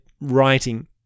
writing